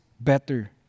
better